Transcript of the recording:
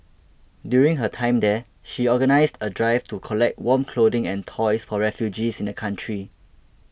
during her time there she organised a drive to collect warm clothing and toys for refugees in the country